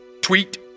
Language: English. tweet